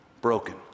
broken